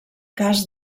cas